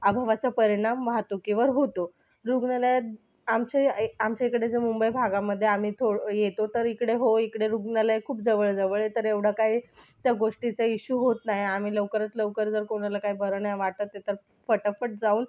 अभावाचा परिणाम वाहतुकीवर होतो रुग्णालयात आमच्या आमच्या इकडे जे मुंबई भागामध्ये आम्ही थोडं येतो तर इकडे हो इकडे रुग्णालय खूप जवळ जवळ आहे तर एवढं काही त्या गोष्टीचा इशू होत नाही आम्ही लवकरात लवकर जर कोणाला काय बरं नाही वाटते आहे तर फटाफट जाऊन